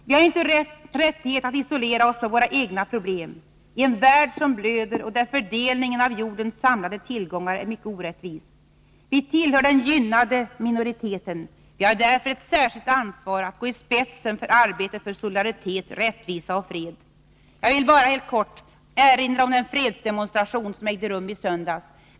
Vi har inte rättighet att isolera oss med våra egna problem i en värld som blöder och där fördelningen av jordens samlade tillgångar är mycket orättvis. Vi tillhör den gynnade minoriteten. Vi har därför ett särskilt ansvar att gå i spetsen för arbetet för solidaritet, rättvisa och fred. Jag vill bara helt kort erinra om den fredsdemonstration som ägde rum i söndags.